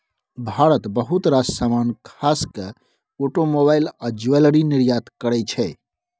भारत बहुत रास समान खास केँ आटोमोबाइल आ ज्वैलरी निर्यात करय छै